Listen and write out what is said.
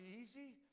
easy